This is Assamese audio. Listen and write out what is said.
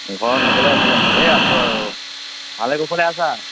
ঘৰত সকলোৰে ভালে এই আছোঁ আৰু ভালে কুশলে আছা